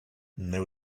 there